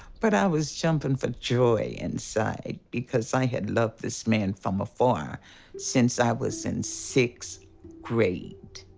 but i was jumping for joy inside. because i had loved this man from afar since i was in sixth grade.